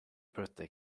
birthday